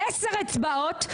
בעשר אצבעות,